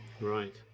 Right